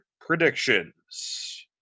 predictions